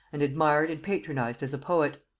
and admired and patronized as a poet.